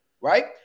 right